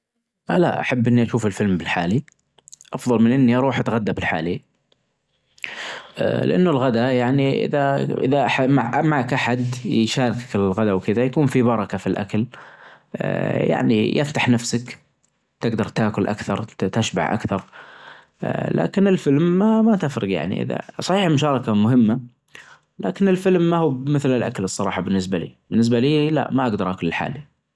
هلا أحب إني أشوف الفيلم بالحالي أفظل من إني أروح أتغدى بحالي، لأنه الغدا يعني إذا-إذا معك-معك أحد يشارك الغدا وكدا يكون في بركة في الأكل يعني يفتح نفسك تجدر تاكل أكثر تشبع أكثر، لكن الفيلم ما-ما تفرج يعني إذا صحيح المشاركة مهمة لكن الفيلم ما هو بمثل الأكل الصراحة بالنسبة لي، بالنسبة لي لا ما أقدر أكل لحالي.